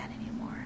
anymore